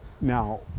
Now